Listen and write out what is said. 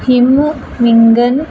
ਹਿਮ ਵਿੰਗਨ